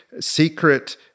secret